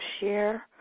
share